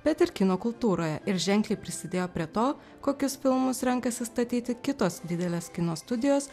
bet ir kino kultūroje ir ženkliai prisidėjo prie to kokius filmus renkasi statyti kitos didelės kino studijos